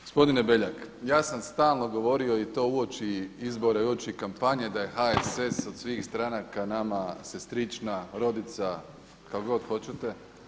Gospodine Beljak, ja sam stalno govorio i to uoči izbora i uoči kampanje da je HSS od svih stranaka nama sestrična, rodica, kako god hoćete.